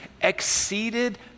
exceeded